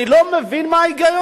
אני לא מבין מה ההיגיון.